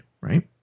Right